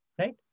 right